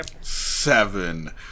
Seven